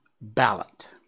ballot